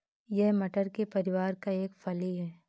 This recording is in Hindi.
यह मटर के परिवार का एक फली है